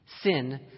sin